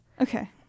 Okay